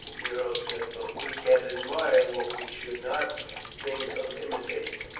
nero said but we can admire what we should not think of imitating.